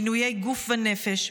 עינויי גוף ונפש,